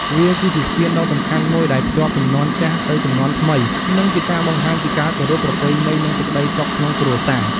វាគឺជាស្ពានដ៏សំខាន់មួយដែលភ្ជាប់ជំនាន់ចាស់ទៅជំនាន់ថ្មី និងជាការបង្ហាញពីការគោរព ប្រពៃណី និងសេចក្តីសុខក្នុងគ្រួសារ។